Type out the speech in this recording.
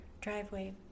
driveway